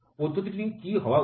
পদ্ধতিটি কী হওয়া উচিত